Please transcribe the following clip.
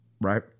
right